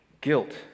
Guilt